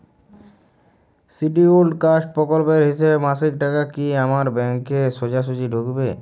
Scheduled caste প্রকল্পের হিসেবে মাসিক টাকা কি আমার ব্যাংকে সোজাসুজি ঢুকবে?